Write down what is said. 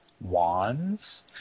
wands